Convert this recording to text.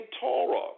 Torah